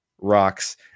rocks